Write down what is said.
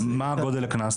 מה גודל הקנס?